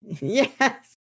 Yes